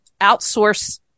outsource